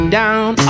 down